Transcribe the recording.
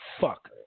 Fuck